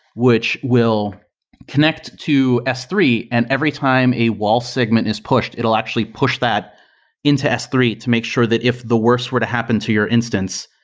which will connect to s three, and every time a wall segment is pushed, it'll actually push that into s three to make sure that if the worst were to happen to your instance,